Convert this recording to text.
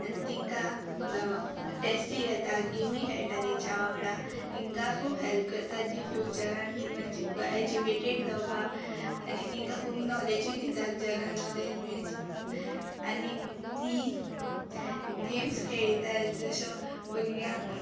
आनी तेंकां टेस्टी घेता गॅमी खेळटा तेंच्या वांगडा तेंकां खूब हेल्प करता की फ्युचरांत तीं मातशीं एज्युकेटेड जावपाक आनी तेंकां खूब नॉलेजूय बी दितात जनरल नॉलेज बीन आनी तीं गॅम्स खेळटात जश्यो भुरग्यांक